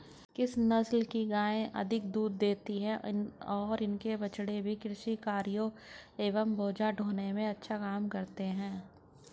किस नस्ल की गायें अधिक दूध देती हैं और इनके बछड़े भी कृषि कार्यों एवं बोझा ढोने में अच्छा काम करते हैं?